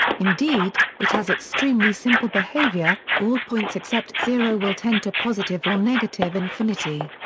indeed, it has extremely simple behavior all points except zero will tend to positive or negative infinity.